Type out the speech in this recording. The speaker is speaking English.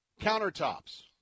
countertops